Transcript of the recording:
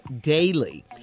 daily